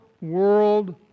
world